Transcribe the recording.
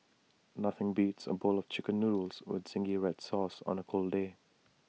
nothing beats A bowl of Chicken Noodles with Zingy Red Sauce on A cold day